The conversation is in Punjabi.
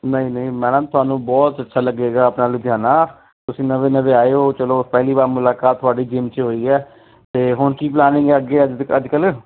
ਨਹੀਂ ਨਹੀਂ ਮੈਡਮ ਤੁਹਾਨੂੰ ਬਹੁਤ ਅੱਛਾ ਲੱਗੇਗਾ ਆਪਣਾ ਲੁਧਿਆਣਾ ਤੁਸੀਂ ਨਵੇਂ ਨਵੇਂ ਆਏ ਹੋ ਚਲੋ ਪਹਿਲੀ ਵਾਰ ਮੁਲਾਕਾਤ ਤੁਹਾਡੀ ਗੇਮ 'ਚ ਹੋਈ ਹੈ ਅਤੇ ਹੁਣ ਕੀ ਪਲਾਨਿੰਗ ਅੱਗੇ ਅੱਜ ਕੱਲ੍ਹ